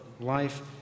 life